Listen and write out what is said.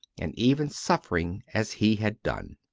and even suffering as he had done.